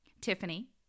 Tiffany